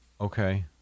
Okay